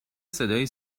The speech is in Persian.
صدای